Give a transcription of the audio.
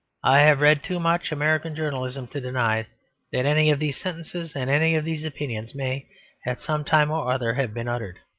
i have read too much american journalism to deny that any of these sentences and any of these opinions may at some time or other have been uttered.